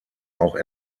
auch